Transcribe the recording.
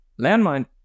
landmine